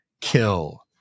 kill